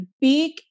big